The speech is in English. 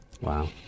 Wow